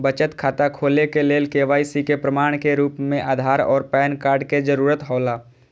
बचत खाता खोले के लेल के.वाइ.सी के प्रमाण के रूप में आधार और पैन कार्ड के जरूरत हौला